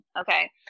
okay